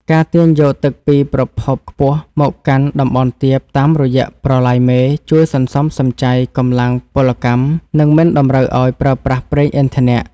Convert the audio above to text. ការទាញយកទឹកពីប្រភពខ្ពស់មកកាន់តំបន់ទាបតាមរយៈប្រឡាយមេជួយសន្សំសំចៃកម្លាំងពលកម្ម និងមិនតម្រូវឱ្យប្រើប្រាស់ប្រេងឥន្ធនៈ។